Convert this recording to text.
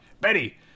Betty